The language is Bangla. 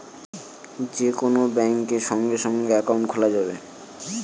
যে কোন ব্যাঙ্কে সঙ্গে সঙ্গে একাউন্ট খোলা যাবে